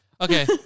Okay